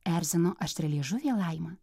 erzino aštrialiežuvė laima